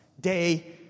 day